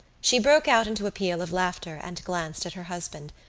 she broke out into a peal of laughter and glanced at her husband,